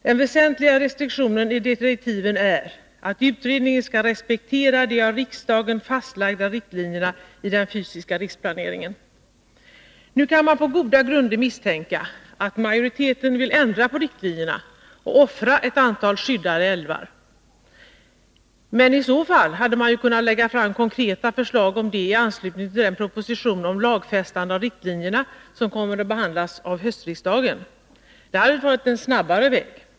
Den väsentliga restriktionen i direktiven är att utredningen skall respektera de av riksdagen fastlagda riktlinjerna i den fysiska riksplaneringen. Nu kan man på goda grunder misstänka att majoriteten vill ändra på riktlinjerna och offra ett antal skyddade älvar. Men i så fall hade man ju kunnat lägga fram konkreta förslag om det i anslutning till den proposition om lagfästande av riktlinjerna som kommer att behandlas av höstriksdagen. Det hade varit en snabbare väg.